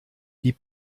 die